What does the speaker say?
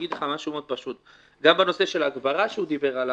אגיד לך משהו פשוט מאוד: גם בנושא של ההגברה שעליו הוא דיבר,